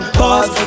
pause